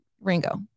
Ringo